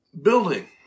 Building